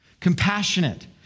compassionate